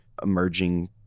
emerging